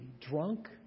Drunk